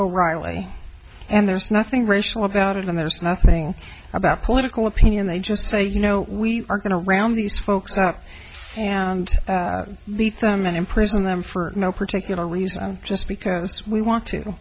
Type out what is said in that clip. o'reilly and there's nothing racial about it and there's nothing about political opinion they just say you know we are going to round these folks up and beat them and imprison them for no particular reason just because we want to